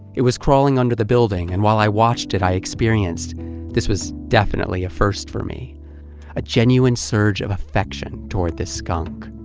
it was crawling under the building, and while i watched it i experienced this was definitely a first for me a genuine surge of affection toward this skunk.